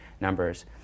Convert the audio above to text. numbers